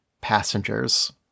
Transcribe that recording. passengers